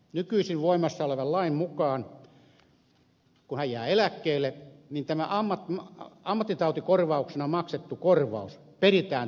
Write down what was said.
nykyisin voimassa olevan lain mukaan kun hän jää eläkkeelle niin ammattitautikorvauksena maksettu korvaus peritään takaisin